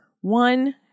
One